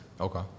Okay